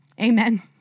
Amen